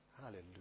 hallelujah